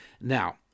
Now